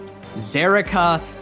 Zerika